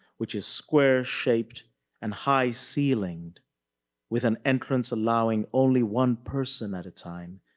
which is square shaped and high ceilinged with an entrance allowing only one person at a time.